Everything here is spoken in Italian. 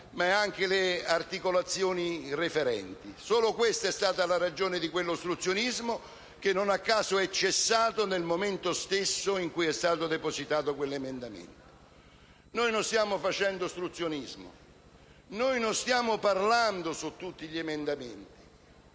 dalle sue articolazioni referenti. Solo questa è stata la ragione di quell'ostruzionismo, che non a caso è cessato nel momento stesso in cui è stato depositato quell'emendamento. Non stiamo facendo ostruzionismo, non stiamo parlando su tutti gli emendamenti,